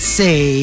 say